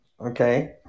Okay